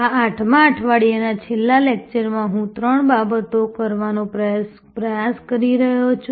આ 8મા અઠવાડિયાના છેલ્લા લેક્ચરમાં હું ત્રણ બાબતો કરવાનો પ્રયાસ કરવા જઈ રહ્યો છું